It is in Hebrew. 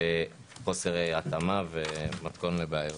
חוסר התאמה ומתכון לבעיות.